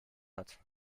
hat